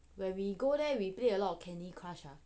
when we go there we play a lot of candy crush ah